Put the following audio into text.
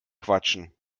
quatschen